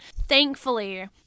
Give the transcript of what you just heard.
Thankfully